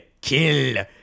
kill